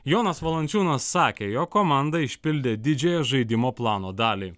jonas valančiūnas sakė jog komanda išpildė didžiąją žaidimo plano dalį